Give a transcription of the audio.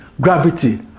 gravity